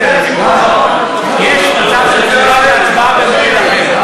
אפשר להפוך את זה להצעה לסדר-היום.